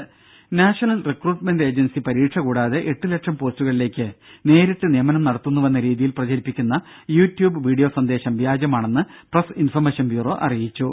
ദേദ national recruitment agency പരീക്ഷ കൂടാതെ എട്ട് ലക്ഷം പോസ്റ്റുകളിലേക്ക് നേരിട്ട് നിയമനം നടത്തുന്നുവെന്ന രീതിയിൽ പ്രചരിപ്പിക്കുന്ന യൂട്യൂബ് വീഡിയോ സന്ദേശം വ്യാജമാണെന്ന് പ്രസ് ഇൻഫർമേഷൻ ബ്യൂറോ അറിയിച്ചു